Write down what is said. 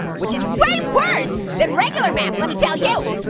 which is way worse than regular math, let me tel you